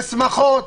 בשמחות.